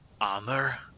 honor